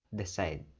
decide